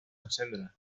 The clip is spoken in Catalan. encendre